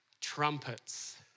Trumpets